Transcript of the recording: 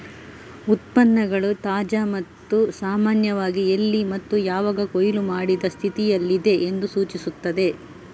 ಉತ್ಪನ್ನಗಳು ತಾಜಾ ಮತ್ತು ಸಾಮಾನ್ಯವಾಗಿ ಎಲ್ಲಿ ಮತ್ತು ಯಾವಾಗ ಕೊಯ್ಲು ಮಾಡಿದ ಸ್ಥಿತಿಯಲ್ಲಿದೆ ಎಂದು ಸೂಚಿಸುತ್ತದೆ